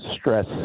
stress